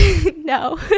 no